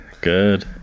Good